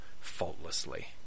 faultlessly